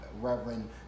Reverend